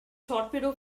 torpedo